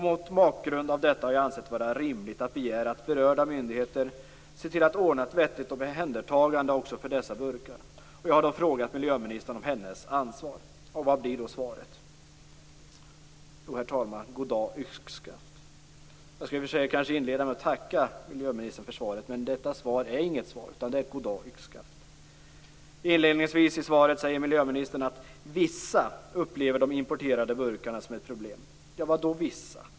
Mot bakgrund av detta har jag ansett det vara rimligt att begära att berörda myndigheter ser till att ordna ett vettigt omhändertagande också för dessa burkar. Jag har då frågat miljöministern om hennes ansvar. Vad blir då svaret? Jo, herr talman, svaret blir goddag-yxskaft. Jag skulle väl i och för sig ha inlett med att tacka miljöministern för svaret, men detta svar är inget svar, utan det är goddag-yxskaft. I svaret säger miljöministern inledningsvis att vissa upplever de importerade burkarna som ett problem. Vad menar hon med vissa?